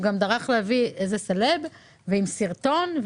הוא גם טרח להביא סלב עם סרטון.